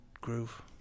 groove